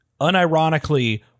unironically